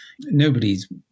nobody's